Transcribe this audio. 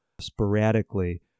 sporadically